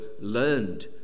learned